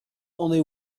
only